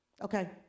Okay